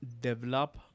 develop